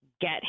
get